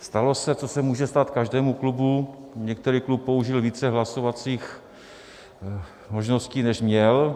Stalo se, co se může stát každému klubu, některý klub použil více hlasovacích možností, než měl.